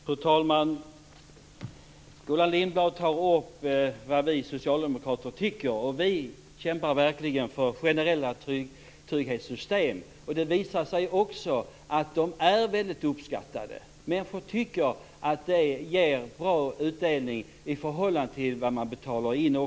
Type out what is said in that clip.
Fru talman! Gullan Lindblad tar upp vad vi socialdemokrater tycker. Vi kämpar verkligen för generella trygghetssystem. Det visar sig också att de är väldigt uppskattade. Människor tycker att de ger en bra utdelning i förhållande till vad man betalar in.